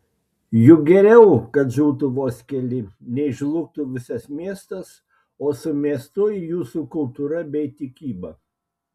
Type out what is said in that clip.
juk geriau kad žūtų vos keli nei žlugtų visas miestas o su miestu ir jūsų kultūra bei tikyba